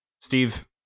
Steve